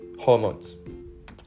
hormones